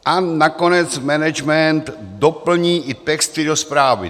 A nakonec management doplní i texty do zprávy.